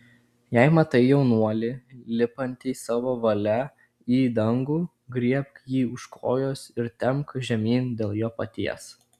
jei matai jaunuolį lipantį savo valia į dangų griebk jį už kojos ir temk žemyn dėl jo paties